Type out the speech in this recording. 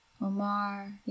Omar